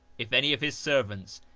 if any of his servants,